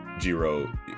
jiro